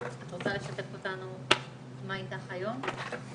את רוצה לשתף אותנו במה איתך היום?